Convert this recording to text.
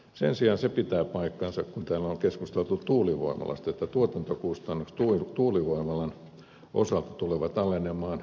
sen sijaan se pitää paikkansa kun täällä on keskusteltu tuulivoimaloista että tuotantokustannukset tuulivoimaloiden osalta tulevat alenemaan määrän kasvaessa